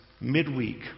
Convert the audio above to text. midweek